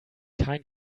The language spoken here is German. kein